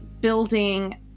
building